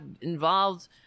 involved